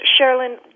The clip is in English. Sherilyn